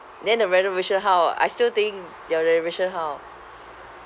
then the renovation how I still think their renovation how